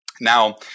Now